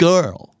Girl